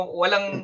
walang